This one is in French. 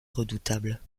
redoutables